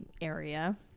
area